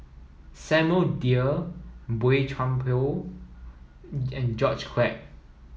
Samuel Dyer Boey Chuan Poh and George Quek